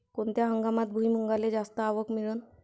कोनत्या हंगामात भुईमुंगाले जास्त आवक मिळन?